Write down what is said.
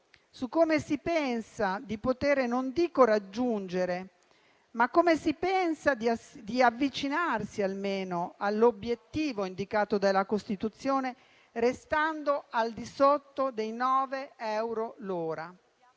su come si pensa di poter, non dico raggiungere, ma avvicinare almeno l'obiettivo indicato dalla Costituzione restando al di sotto dei 9 euro all'ora.